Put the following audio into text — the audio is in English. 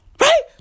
Right